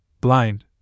blind